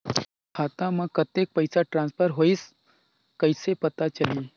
खाता म कतेक पइसा ट्रांसफर होईस कइसे पता चलही?